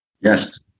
Yes